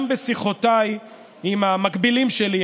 גם בשיחותיי עם המקבילים שלי.